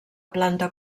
planta